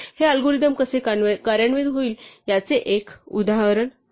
हे अल्गोरिदम कसे कार्यान्वित होईल याचे हे एक उदाहरण आहे